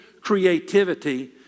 creativity